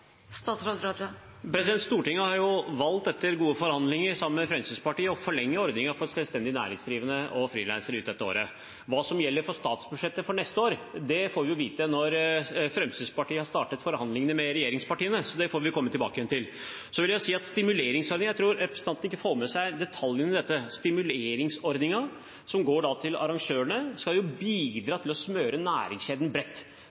Stortinget har jo valgt, etter gode forhandlinger med Fremskrittspartiet, å forlenge ordningen for selvstendig næringsdrivende og frilansere ut dette året. Hva som gjelder for statsbudsjettet for neste år, får vi vite når Fremskrittspartiet har startet forhandlingene med regjeringspartiene, så det må vi komme tilbake til. Jeg tror at representanten ikke får med seg detaljene i dette. Stimuleringsordningen, som går til arrangørene, skal bidra til å smøre næringskjeden bredt.